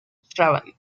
seven